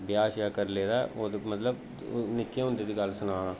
ब्याह् शयाह् करी लेदा मतलब निक्के होंदे दी गल्ल सनाऽ ना